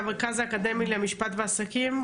מהמרכז האקדמי למרכז ועסקים,